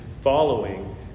following